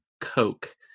Coke